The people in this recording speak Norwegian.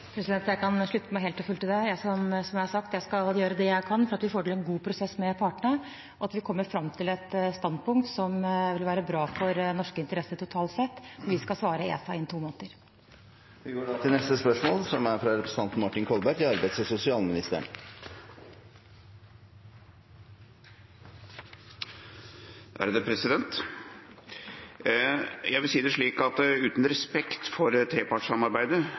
Jeg kan slutte meg helt og fullt til det. Som jeg har sagt, skal jeg gjøre det jeg kan for at vi får til en god prosess med partene, og at vi kommer fram til et standpunkt som vil være bra for norske interesser totalt sett. Vi skal svare ESA innen to måneder. «Uten respekt for trepartssamarbeidet trumfet regjeringen igjennom store svekkelser av arbeidsmiljøloven. Endringene ble uriktig begrunnet med behovet for mer fleksibilitet og modernisering. I programforslaget til Høyre leser vi nå at